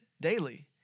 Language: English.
daily